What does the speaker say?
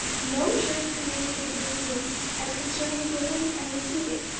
no church communicated with me as concerning giving and receiving,